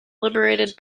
liberated